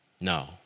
No